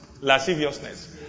Lasciviousness